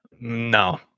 No